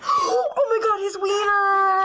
oh oh my god, his wiener.